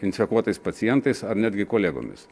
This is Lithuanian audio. infekuotais pacientais ar netgi kolegomis